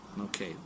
Okay